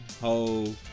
Ho